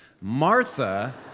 Martha